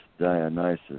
Dionysus